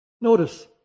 Notice